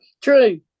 True